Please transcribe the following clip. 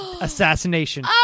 assassination